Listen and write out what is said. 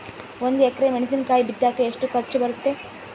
ಒಂದು ಎಕರೆ ಮೆಣಸಿನಕಾಯಿ ಬಿತ್ತಾಕ ಎಷ್ಟು ಖರ್ಚು ಬರುತ್ತೆ?